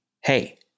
Hey